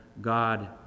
God